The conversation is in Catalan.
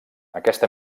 aquest